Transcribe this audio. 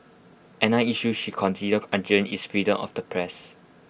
another issue she considers urgent is freedom of the press